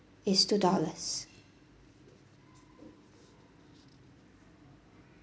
yes two dollars